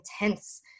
intense